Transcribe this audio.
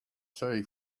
tea